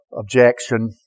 objection